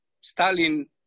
Stalin